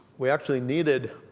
we actually needed